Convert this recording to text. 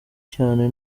cyane